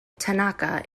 tanaka